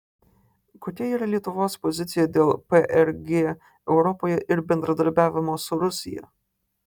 kokia yra lietuvos pozicija dėl prg europoje ir bendradarbiavimo su rusija